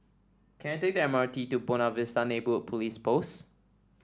can I take M R T to Buona Vista Neighbourhood Police Post